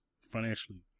financially